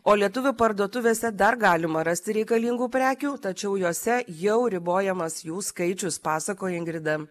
o lietuvių parduotuvėse dar galima rasti reikalingų prekių tačiau jose jau ribojamas jų skaičius pasakoja ingrida